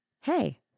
Hey